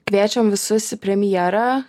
kviečiam visus į premjerą